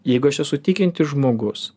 jeigu aš esu tikintis žmogus